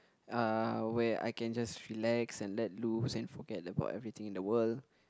uh where I can just relax and let loose and forget about everything in the world